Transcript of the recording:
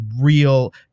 real